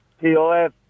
P-O-F